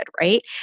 right